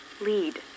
lead